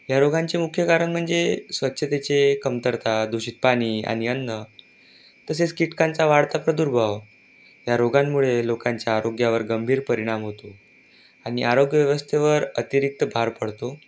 या रोगांचे मुख्य कारण म्हणजे स्वच्छतेचे कमतरता दूषित पाणी आणि अन्न तसेच कीटकांचा वाढता प्रदुर्भाव ह्या रोगांमुळे लोकांच्या आरोग्यावर गंभीर परिणाम होतो आणि आरोग्यव्यवस्थेवर अतिरिक्त भार पडतो